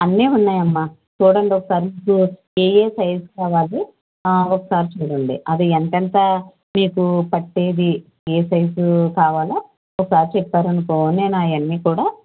అన్నీ ఉన్నాయమ్మా చూడండి ఒకసారి ఏ ఏ సైజు కావాలో ఆ ఒకసారి చూడండి అది ఎంతెంత మీకు పట్టేది ఏ సైజు కావాలో ఒకసారి చెప్పారనుకో నేను అవి అన్నీ కూడా